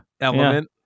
element